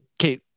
Okay